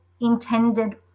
intended